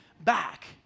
back